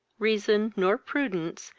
reason, nor prudence,